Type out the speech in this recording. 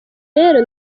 rero